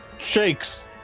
shakes